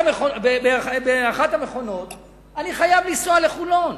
באחת המכונות אני חייב לנסוע לחולון,